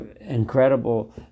incredible